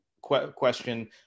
question